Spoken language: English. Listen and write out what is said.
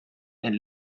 and